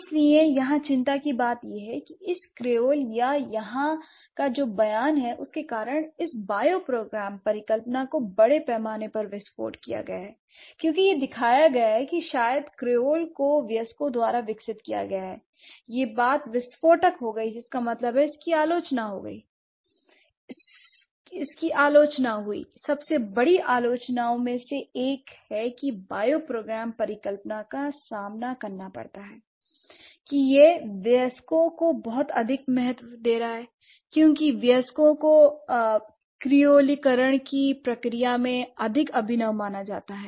इसलिए यहाँ चिंता की बात यह है कि इस क्रेओल या यहाँ का जो बयान है उस के कारण इस बायोप्रोग्राम परिकल्पना को बड़े पैमाने पर विस्फोट किया गया है l क्योंकि यह दिखाया गया है कि शायद क्रेओल को वयस्कों द्वारा विकसित किया गया है यह बात विस्फोटक हो गई जिसका मतलब है इसकी आलोचना हुई l सबसे बड़ी आलोचनाओं में से एक है कि बायोप्रोग्राम परिकल्पना का सामना करना पड़ता है कि यह वयस्कों को बहुत अधिक महत्व दे रहा है क्योंकि वयस्कों को क्रियोलिकरण की प्रक्रिया में अधिक अभिनव माना जाता है